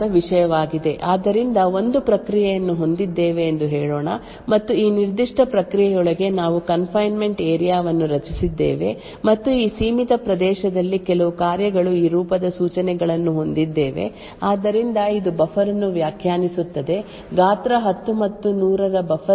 ಈಗ ನಾವು ತೀರ್ಮಾನಿಸುವ ಮೊದಲು ಇದು ಯೋಚಿಸಬೇಕಾದ ವಿಷಯವಾಗಿದೆ ಆದ್ದರಿಂದ ಒಂದು ಪ್ರಕ್ರಿಯೆಯನ್ನು ಹೊಂದಿದ್ದೇವೆ ಎಂದು ಹೇಳೋಣ ಮತ್ತು ಈ ನಿರ್ದಿಷ್ಟ ಪ್ರಕ್ರಿಯೆಯೊಳಗೆ ನಾವು ಕನ್ ಫೈನ್ಮೆಂಟ್ ಏರಿಯಾ ವನ್ನು ರಚಿಸಿದ್ದೇವೆ ಮತ್ತು ಈ ಸೀಮಿತ ಪ್ರದೇಶದಲ್ಲಿ ಕೆಲವು ಕಾರ್ಯಗಳು ಈ ರೂಪದ ಸೂಚನೆಗಳನ್ನು ಹೊಂದಿವೆ ಆದ್ದರಿಂದ ಇದು ಬಫರ್ ಅನ್ನು ವ್ಯಾಖ್ಯಾನಿಸುತ್ತದೆ ಗಾತ್ರ 10 ಮತ್ತು 100 ರ ಬಫ್ ಕೆಲವು ಮೌಲ್ಯವನ್ನು ಹೊಂದಿದೆ ಆದ್ದರಿಂದ ಇಲ್ಲಿ ತೋರಿಸಿರುವಂತೆ ಪ್ರತ್ಯೇಕ ಕೋಡ್ನಲ್ಲಿ ಬಫರ್ ಓವರ್ಫ್ಲೋ ಇದ್ದರೆ ಏನಾಗುತ್ತದೆ ಎಂಬುದರ ಕುರಿತು ನೀವು ಯೋಚಿಸಬೇಕು